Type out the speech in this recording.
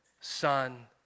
Son